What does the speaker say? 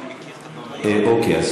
אוקיי.